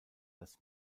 das